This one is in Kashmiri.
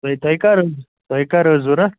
تۄہہِ تۄہہِ کَر حظ تۄہہِ کَر حظ ضروٗرت